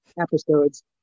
episodes